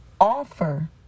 offer